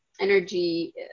Energy